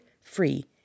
free